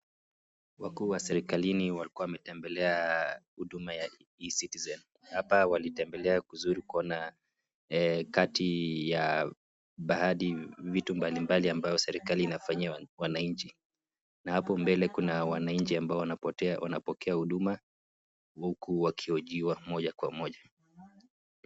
Wakuu wa serikalini walikuwa wametembelea huduma ya ecitizen. Hapa walitembela kuzuru kuona kati ya baadhi vitu mbalimbali ambayo serikali inafanyia wananchi na hapo mbele kuna wanachi ambao wanapotea, wanapokea huduma huku wakihojiwa moja kwa moja.